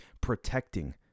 protecting